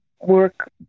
work